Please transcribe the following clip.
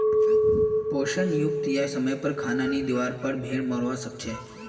पोषण युक्त या समयर पर खाना नी दिवार पर भेड़ मोरवा सकछे